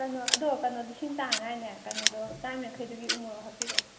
ꯀꯩꯅꯣ ꯑꯗꯣ ꯀꯩꯅꯣ ꯂꯤꯁꯤꯡ ꯇꯥꯅꯉꯥꯏꯅꯦ ꯀꯩꯅꯣꯗꯣ ꯆꯥꯝꯃ ꯌꯥꯡꯈꯩꯗꯨꯒꯤ ꯎ ꯃꯣꯔꯣꯛ ꯍꯥꯞꯄꯤꯔꯛꯑꯣ